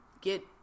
get